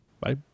Bye